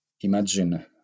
imagine